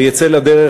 ויצא לדרך,